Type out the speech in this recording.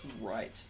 Right